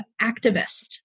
activist